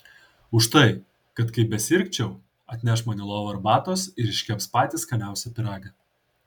už tai kad kaip besirgčiau atneš man į lovą arbatos ir iškeps patį skaniausią pyragą